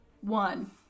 One